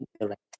direct